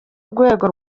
rwego